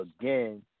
again